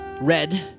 red